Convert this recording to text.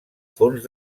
fons